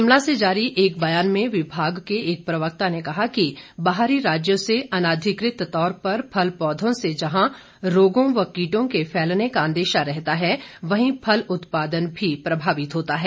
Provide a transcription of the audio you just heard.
शिमला से जारी एक ब्यान में विभाग के एक प्रवक्ता ने कहा है कि बाहरी राज्यों से अनाधिकृत तौर पर फल पौधों से जहां रोगों व कीटों के फैलने का अंदेशा रहता है वहीं फल उत्पादन भी प्रभावित होता है